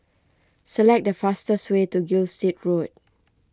select the fastest way to Gilstead Road